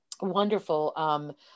wonderful